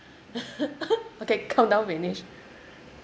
okay countdown finish